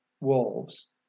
wolves